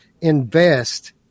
invest